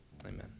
Amen